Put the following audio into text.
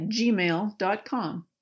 gmail.com